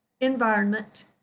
environment